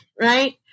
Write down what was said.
right